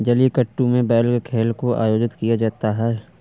जलीकट्टू में बैल के खेल को आयोजित किया जाता है